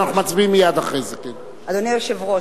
אדוני היושב-ראש,